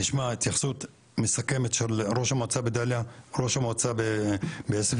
נשמע התייחסות מסכמת של ראש המועצה בדאליה וראש המועצה בעוספיה.